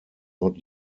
not